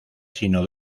sino